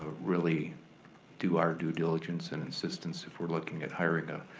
really do our due diligence and insistence if we're looking at hiring a,